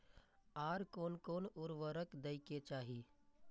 आर कोन कोन उर्वरक दै के चाही?